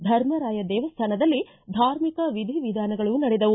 ಧರ್ಮರಾಯ ದೇವಸ್ಥಾನದಲ್ಲಿ ಧಾರ್ಮಿಕ ವಿಧಿ ವಿಧಾನಗಳು ನಡೆದವು